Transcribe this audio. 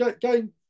game